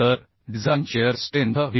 तर design shear strength V